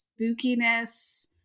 spookiness